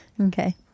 Okay